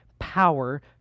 power